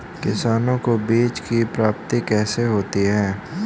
किसानों को बीज की प्राप्ति कैसे होती है?